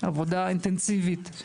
עבודה אינטנסיבית,